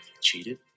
Cheated